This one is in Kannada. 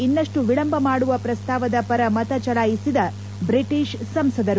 ಇನ್ನಷ್ಟು ವಿಳಂಬ ಮಾಡುವ ಪ್ರಸ್ತಾವದ ಪರ ಮತ ಚಲಾಯಿಸಿದ ಬ್ರಿಟಿಷ್ ಸಂಸದರು